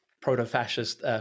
proto-fascist